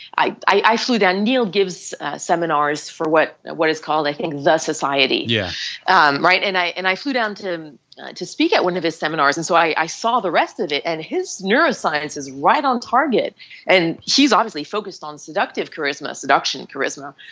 i i flew down, neil gives seminars for what what is called i think the society. yeah um and i and i flew down to to speak at one of his seminars and so i saw the rest of it and his neuroscience is right on target and he is obviously focused on seductive charisma, seduction charisma.